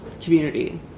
community